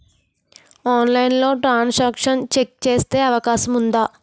ఆన్లైన్లో transaction check చేసే అవకాశం ఉందా?